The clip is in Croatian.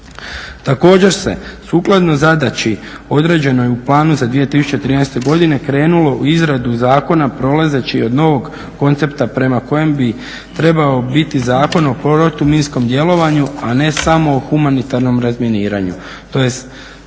Također se sukladno zadaći određenoj u planu za 2013. godinu krenulo u izradu zakona polazeći od novog koncepta prema kojem bi trebao biti Zakon o protuminskom djelovanju, a ne samo humanitarnom razminiranju